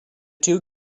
two